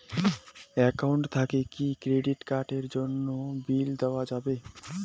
Account থাকি কি credit card এর বিল দেওয়া যাবে?